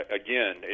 again